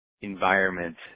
environment